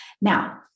Now